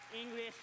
English